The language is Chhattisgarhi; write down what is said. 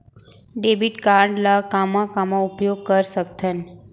डेबिट कारड ला कामा कामा उपयोग कर सकथन?